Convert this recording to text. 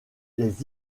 les